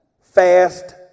fast